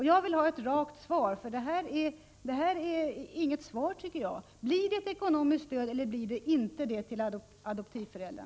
Jag vill ha ett rakt svar, för det här tycker jag inte är något svar. Blir det ekonomiskt stöd eller blir det inte något sådant stöd till adoptivföräldrar?